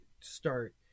start